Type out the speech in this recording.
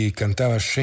cantava